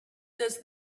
does